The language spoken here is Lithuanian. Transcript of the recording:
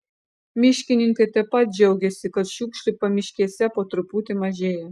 miškininkai taip pat džiaugiasi kad šiukšlių pamiškėse po truputį mažėja